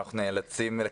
אולי דווקא עכשיו,